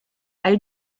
elle